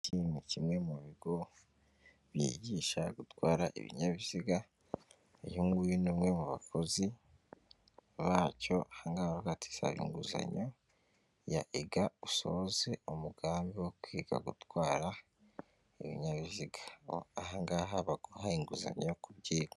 Iki ni kimwe mu bigo bigisha gutwara ibinyabiziga, uyu nguyu ni umwe mu bakozi bacyo aha ngaha baravuga bati, aka inguzanyo ya IGA usohoze umugambi wo kwiga gutwara ibinyabiziga, ahangaha baguha inguzanyo yo kubyiga.